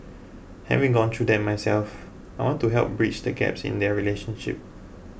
having gone through that myself I want to help bridge the gaps in their relationship